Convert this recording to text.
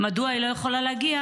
מדוע היא לא יכולה להגיע,